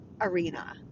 arena